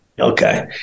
Okay